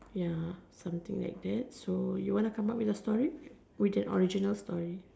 ya something like that so you want to come out with a story with an original story